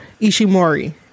ishimori